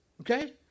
okay